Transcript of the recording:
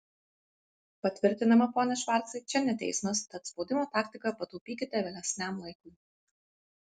patvirtinama pone švarcai čia ne teismas tad spaudimo taktiką pataupykite vėlesniam laikui